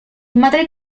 madre